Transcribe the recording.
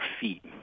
feet